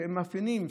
שהם מאופיינים,